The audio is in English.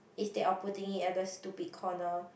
instead of putting it at the stupid corner